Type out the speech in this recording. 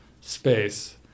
space